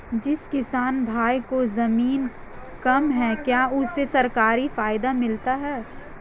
जिस किसान भाई के ज़मीन कम है क्या उसे सरकारी फायदा मिलता है?